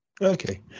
okay